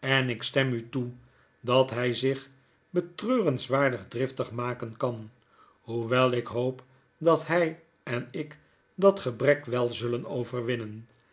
en ik stem u toe dat hy zich betreurenswaardig driftig maken kan hoewel ik hoop dat hy en ik dat gebrek wel zullen overwinnen